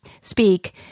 speak